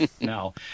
no